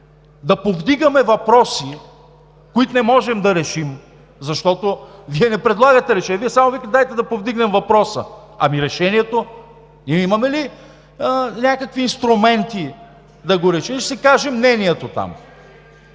да повдигаме въпроси, които не можем да решим, защото Вие не предлагате решение, само казвате: „Дайте да повдигнем въпроса.“ Ами решението?! Ние имаме ли някакви инструменти да го решим и ще си кажа мнението там?!